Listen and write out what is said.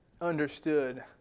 understood